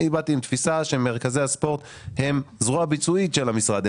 אני באתי עם תפיסה שמרכזי הספורט הם זרוע ביצועית של המשרד.